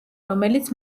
რომელიც